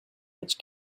which